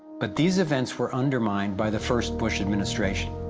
but these events were undermined by the first bush administration.